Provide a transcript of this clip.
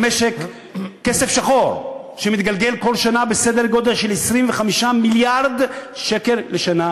במשק כסף שחור שמתגלגל בסדר גודל של 25 מיליארד שקל לשנה,